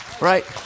Right